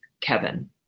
Kevin